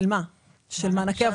של מענקי עבודה?